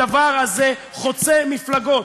הדבר הזה חוצה מפלגות.